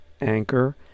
Anchor